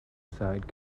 side